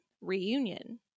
Reunion